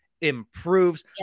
improves